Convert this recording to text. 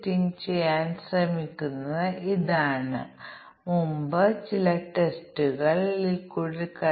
ഈ സാധ്യമായ combination p 1 p 15 എന്നിവ രണ്ടും ക്രമീകരിക്കുന്നതിൽ ഞങ്ങൾക്ക് പ്രശ്നമുണ്ട്